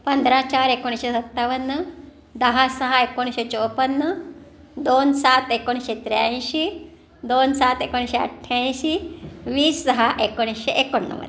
पंधरा चार एकोणीशे सत्तावन्न दहा सहा एकोणीशे चौपन्न दोन सात एकोणीशे त्र्याऐंशी दोन सात एकोणीशे अठ्ठ्याऐंशी वीस सहा एकोणीशे एकोणनव्वद